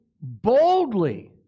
boldly